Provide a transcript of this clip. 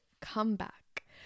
comeback